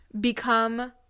become